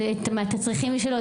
את הצרכים שלו,